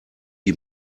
die